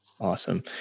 Awesome